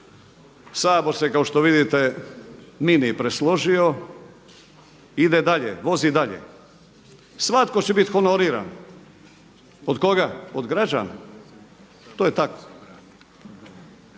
Sabor se kao što vidite mini presložio, ide dalje, vozi dalje. Svatko će biti honoriran. Od koga? Od građana, to je tako,